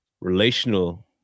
relational